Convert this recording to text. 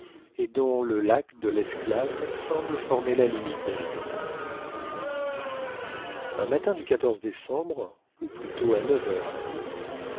et dont le lac de l'esclave semble former la limite méridionale un matin du décembre ou plutôt à neuf heures avant midi